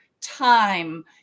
time